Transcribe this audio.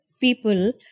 people